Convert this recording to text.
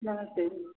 नमस्ते जी